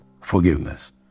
forgiveness